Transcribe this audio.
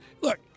look